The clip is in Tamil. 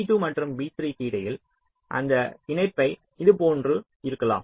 v2 மற்றும் v3 க்கு இடையில் அந்த இணைப்பு இதைப்போன்று இருக்கலாம்